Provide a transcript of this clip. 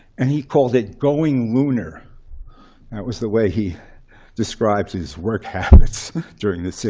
and he called it going lunar. that was the way he described his work habits during the so